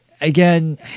again